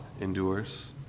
endures